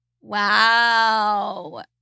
Wow